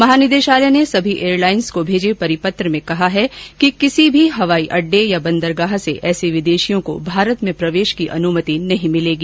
महानिदेशालय ने सभी एयरलाइन को भेजे परिपत्र में कहा है कि किसी भी हवाई अड्डे या बंदरगाह से ऐसे विदेशियों को भारत में प्रवेश की अनुमति नहीं मिलेगी